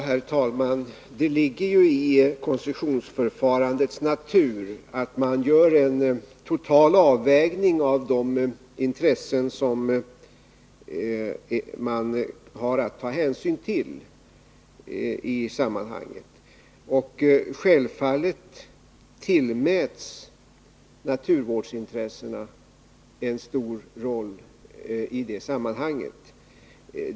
Herr talman! Det ligger i koncessionsförfarandets natur att man gör en total avvägning av de intressen som man har att ta hänsyn till i sammanhanget. Självfallet tillmäts naturvårdsintressena en stor roll i det sammanhanget.